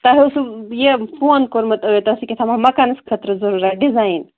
تۄہہِ اوسوٕ یہِ فون کوٛرمُت ٲدۍ تۄہہِ اوسوٕ کیٛاہتام مکانَس خٲطرٕ ضروٗرت ڈِزایِن